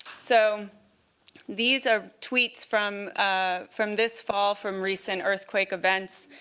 so these are tweets from ah from this fall, from recent earthquake events.